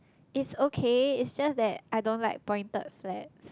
it's okay it's just that I don't like pointed flat